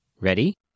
Ready